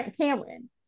Cameron